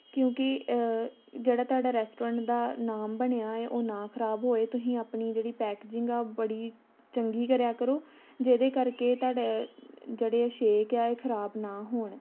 ਕਿਉਂਕਿ ਜਿਹੜਾ ਤੁਹਾਡਾ ਰੈਸਟੋਰੈਂਟ ਦਾ ਨਾਮ ਬਣਿਆ ਹੈ ਉਹ ਨਾ ਖ਼ਰਾਬ ਹੋਏ ਤੁਸੀਂ ਆਪਣੀ ਜਿਹੜੀ ਪੈਕਜਿੰਗ ਆ ਬੜੀ ਚੰਗੀ ਕਰਿਆ ਕਰੋ ਜਿਹਦੇ ਕਰਕੇ ਤੁਹਾਡਾ ਜਿਹੜੇ ਸ਼ੇਕ ਆ ਇਹ ਖ਼ਰਾਬ ਨਾ ਹੋਣ